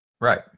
Right